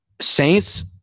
Saints